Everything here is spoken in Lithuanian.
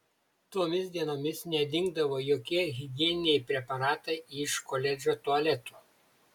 tomis dienomis nedingdavo jokie higieniniai preparatai iš koledžo tualetų